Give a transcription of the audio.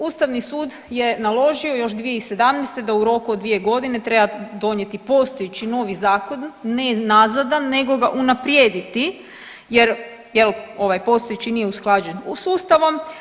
Ustavni sud je naložio još 2017. da u roku od dvije godine treba donijeti postojeći novi zakon ne nazadan, nego ga unaprijediti jer ovaj postojeći nije usklađen sa Ustavom.